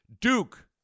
Duke